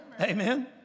Amen